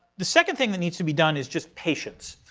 the second thing that needs to be done is just patience.